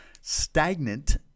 stagnant